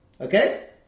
Okay